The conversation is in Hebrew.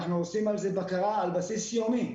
אנחנו עושים על זה בקרה על בסיס יומי.